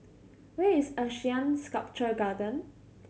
where is ASEAN Sculpture Garden